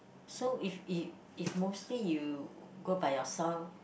so if if if mostly you go by yourself